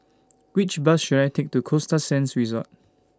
Which Bus should I Take to Costa Sands Resort